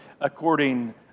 according